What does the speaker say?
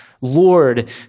Lord